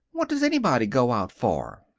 what does anybody go out for!